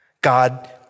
God